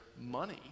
money